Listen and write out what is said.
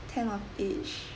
ten of each